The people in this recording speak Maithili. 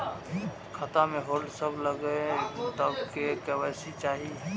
खाता में होल्ड सब लगे तब के.वाई.सी चाहि?